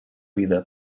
vida